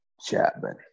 Chapman